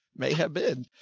may have been,